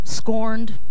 scorned